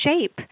shape